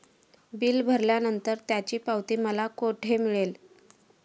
Bill भरल्यानंतर त्याची पावती मला कुठे मिळेल?